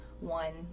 one